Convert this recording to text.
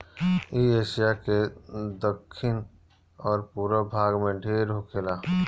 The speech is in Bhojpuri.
इ एशिया के दखिन अउरी पूरब भाग में ढेर होखेला